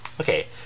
Okay